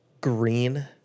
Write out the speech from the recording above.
green